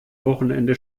wochenende